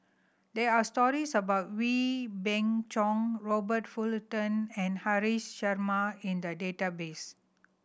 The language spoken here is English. there are stories about Wee Beng Chong Robert Fullerton and Haresh Sharma in the database